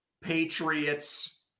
Patriots –